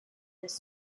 this